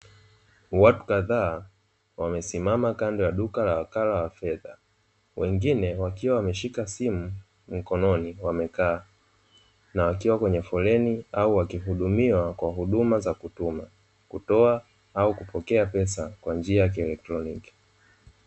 watu kadhaa wamesimama kando ya duka la wakala wengine wakiwa wameshika simu mkononi wamekaa wakihudumiwa huduma yakutuma na kutoa pesa kwa njia ya kieletroniki